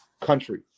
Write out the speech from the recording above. country